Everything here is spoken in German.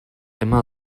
immer